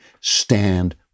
stand